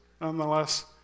nonetheless